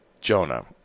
Jonah